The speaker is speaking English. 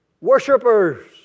Worshippers